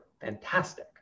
fantastic